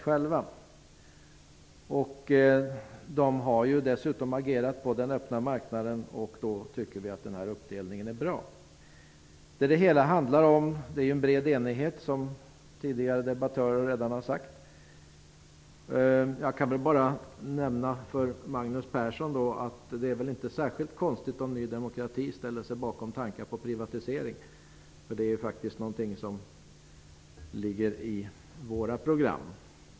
SBAB har dessutom agerat på den öppna marknaden. Därför tycker vi att den här uppdelningen är bra. Det finns en bred enighet; det har tidigare debattörer redan sagt. Jag kan bara tala om för Magnus Persson att det inte är särskilt konstigt att Ny demokrati ställer sig bakom tanken på en privatisering. Det är faktiskt någonting som finns med i vårt program.